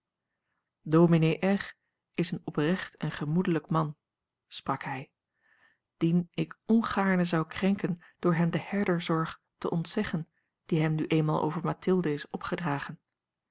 r is een oprecht en gemoedelijk man sprak hij dien ik ongaarne zou krenken door hem de herderzorg te ontzeggen die hem nu eenmaal over mathilde is opgedragen